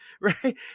right